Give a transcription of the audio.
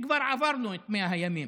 וכבר עברנו את 100 הימים.